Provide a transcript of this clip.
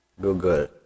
Google